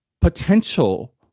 potential